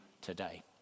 today